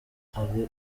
ari